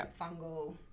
fungal